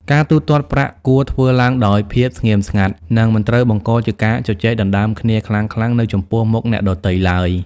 ការទូទាត់ប្រាក់គួរធ្វើឡើងដោយភាពស្ងៀមស្ងាត់ និងមិនត្រូវបង្កជាការជជែកដណ្ដើមគ្នាខ្លាំងៗនៅចំពោះមុខអ្នកដទៃឡើយ។